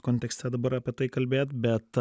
kontekste dabar apie tai kalbėt bet